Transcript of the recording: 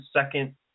second